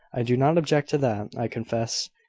i do not object to that, i confess.